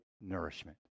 nourishment